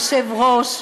היושב-ראש,